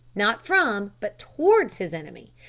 not from but towards his enemy,